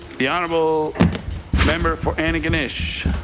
the honourable member for antigonish.